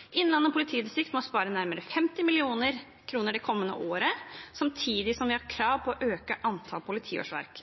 Innlandet politidistrikt Johan Brekke skriver i Gudbrandsdølen Dagningen 20. februar 2020: «Innlandet politidistrikt må spare nærmere 50 millioner det kommende året, samtidig som vi har krav på å øke antall politiårsverk.»